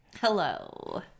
Hello